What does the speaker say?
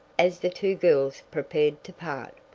as the two girls prepared to part.